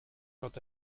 quant